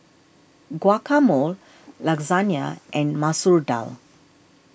Guacamole Lasagne and Masoor Dal